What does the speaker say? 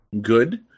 Good